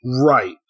Right